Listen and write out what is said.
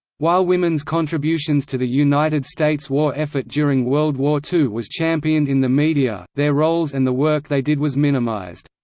while women's contributions to the united states war effort during world war ii was championed in the media, their roles and the work they did was minimized.